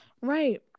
Right